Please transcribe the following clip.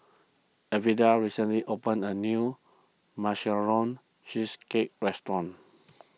recently opened a new Marshmallow Cheesecake restaurant